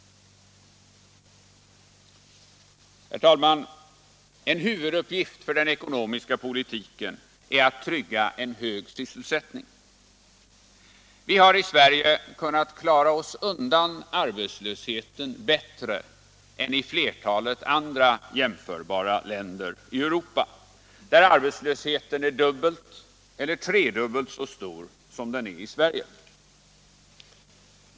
Herr talman! En huvuduppgift för den ekonomiska politiken är att trygga en hög sysselsättning. Vi har i Sverige kunnat klara oss undan arbetslösheten bättre än flertalet andra jämförbara länder i Europa, där arbetslösheten är dubbelt eller tredubbelt så stor som den är i Sverige.